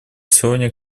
сегодня